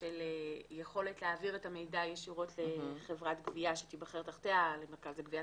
של יכולת להעביר את המידע ישירות לחברת גבייה שתיבחר תחתיה למרכז גבייה,